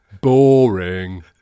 Boring